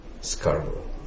Scarborough